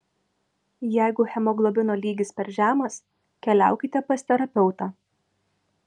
jeigu hemoglobino lygis per žemas keliaukite pas terapeutą